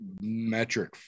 metric